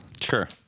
Sure